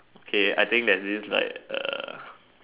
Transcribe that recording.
okay I think there's this like uh